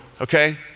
okay